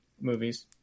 movies